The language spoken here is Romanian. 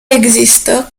există